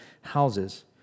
houses